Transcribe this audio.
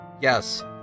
Yes